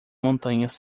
montanhas